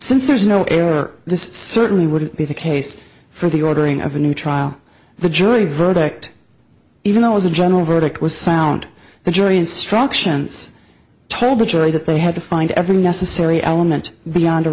since there's no error this certainly would be the case for the ordering of a new trial the jury verdict even though as a general verdict was sound the jury instructions told the jury that they had to find every necessary element beyond a